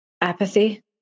Apathy